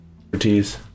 expertise